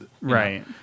right